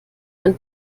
ein